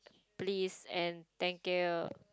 please and thank you